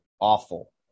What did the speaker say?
awful